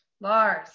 Lars